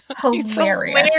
hilarious